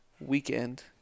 weekend